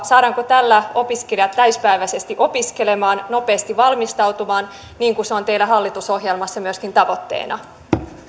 saadaanko tällä opiskelijat täysipäiväisesti opiskelemaan nopeasti valmistumaan niin kuin se on teillä hallitusohjelmassa myöskin tavoitteena